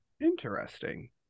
Interesting